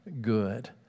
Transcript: good